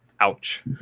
Ouch